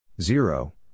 Zero